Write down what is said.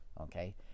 okay